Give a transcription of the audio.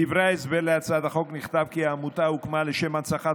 בדברי ההסבר להצעת החוק נכתב כי העמותה הוקמה לשם הנצחת